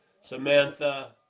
Samantha